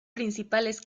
principales